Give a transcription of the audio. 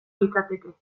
litzateke